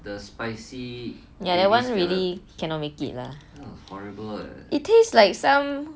ya that one really cannot make it lah it tastes like some